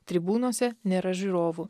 tribūnose nėra žiūrovų